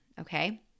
okay